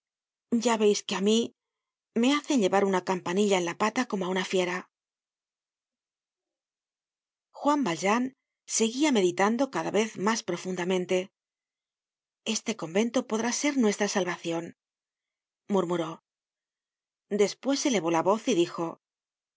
ya veis que á mí me hacen llevar una campanilla en la pata como á una fiera juan valjean seguía meditando cada vez mas profundamente este convento podrá ser nuestra salvacion murmuró despues elevó la voz y dijo i